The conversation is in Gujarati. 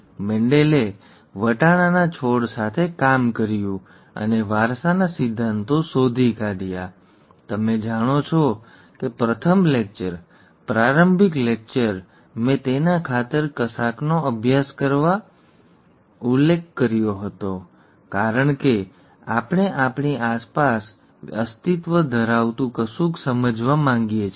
મેન્ડલે વટાણાના છોડ સાથે કામ કર્યું અને વારસાના સિદ્ધાંતો શોધી કાઢ્યા તમે જાણો છો કે પ્રથમ લેક્ચર પ્રારંભિક લેક્ચર મેં તેના ખાતર કશાકનો અભ્યાસ કરવા કશાકનો અભ્યાસ કરવા વિશે ઉલ્લેખ કર્યો હતો કારણ કે આપણે આપણી આસપાસ અસ્તિત્વ ધરાવતું કશુંક સમજવા માગીએ છીએ